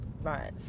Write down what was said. Right